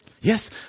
Yes